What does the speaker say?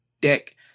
deck